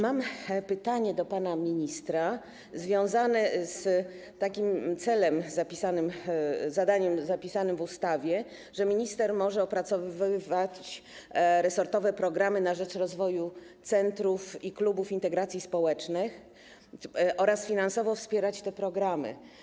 Mam pytanie do pana ministra związane z celem, zadaniem zapisanym w ustawie dotyczącym tego, że minister może opracowywać resortowe programy na rzecz rozwoju centrów i klubów integracji społecznej oraz finansowo wspierać te programy.